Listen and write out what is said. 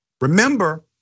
Remember